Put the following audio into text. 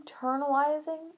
internalizing